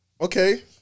Okay